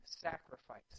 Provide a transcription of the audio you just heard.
sacrifice